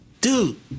dude